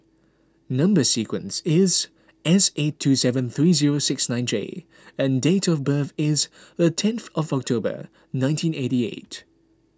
Number Sequence is S eight two seven three zero six nine J and date of birth is the tenth of October nineteen eighty eight